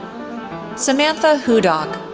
samantha hudock,